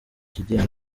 kigega